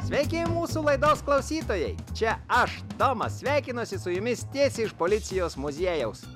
sveiki mūsų laidos klausytojai čia aš tomas sveikinuosi su jumis tiesiai iš policijos muziejaus